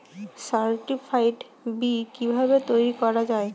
Certified বি কিভাবে তৈরি করা যায়?